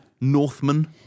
Northman